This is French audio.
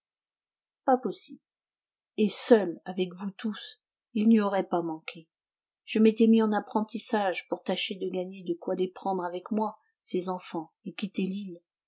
pas possible et seuls avec vous tous ils n'y auraient pas manqué je m'étais mis en apprentissage pour tâcher de gagner de quoi les prendre avec moi ces enfants et quitter l'île